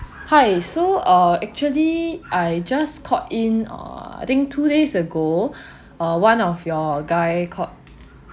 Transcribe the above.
hi so uh actually I just called in err I think two days ago uh one of your guy called